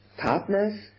partners